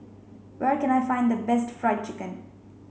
where can I find the best fried chicken